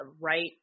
right